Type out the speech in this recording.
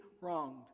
wronged